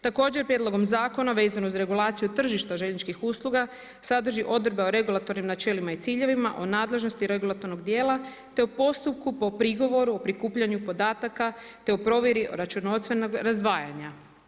Također prijedlogom zakona vezano uz regulaciju tržišta željezničkih usluga sadrži odredbe o regulatornim načelima i ciljevima, o nadležnosti regulatornog dijela te o postupku po prigovoru u prikupljanju podataka te o provjeri računovodstvenog razdvajanja.